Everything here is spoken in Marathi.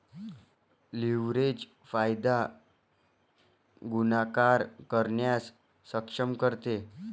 लीव्हरेज फायदा गुणाकार करण्यास सक्षम करते